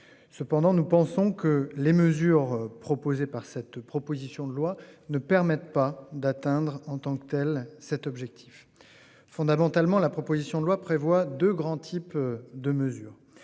Cependant, nous pensons que les mesures proposées par cette proposition de loi ne permettent pas d'atteindre en tant que telle. Cet objectif. Fondamentalement, la proposition de loi prévoit 2 grands types de mesures,